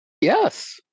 Yes